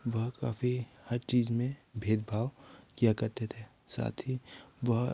वह काफ़ी हर चीज़ में भेदभाव किया करते थे साथ ही वह